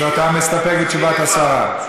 אז אתה מסתפק בתשובת השרה.